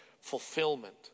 fulfillment